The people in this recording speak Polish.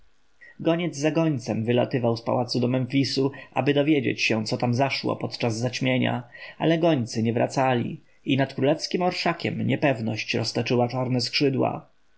goniec za gońcem wylatywał z pałacu do memfisu aby dowiedzieć się co tam zaszło podczas zaćmienia ale gońcy nie wracali i nad królewskim orszakiem niepewność roztoczyła czarne skrzydła